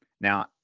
Now